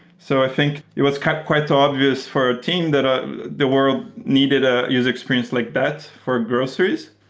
so i think what's kind of quite obvious for a team that ah the world needed a user experience like that for groceries.